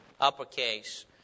uppercase